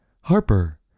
Harper